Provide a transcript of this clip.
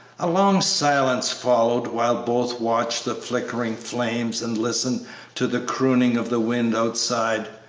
a long silence followed, while both watched the flickering flames and listened to the crooning of the wind outside.